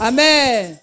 Amen